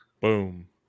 Boom